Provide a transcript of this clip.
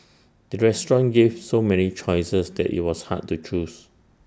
the restaurant gave so many choices that IT was hard to choose